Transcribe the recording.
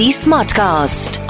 smartcast